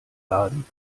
laden